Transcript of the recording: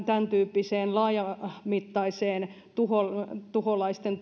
tämäntyyppisestä laajamittaisesta tuholaisten tuholaisten